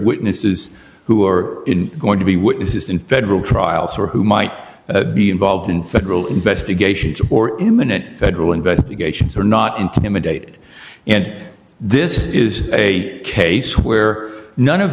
witnesses who are going to be witnesses in federal trials or who might be involved in federal investigations or imminent federal investigations are not intimidated and this is a case where none of